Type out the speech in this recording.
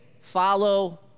follow